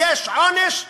יש עונש מטורף,